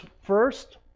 first